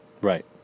right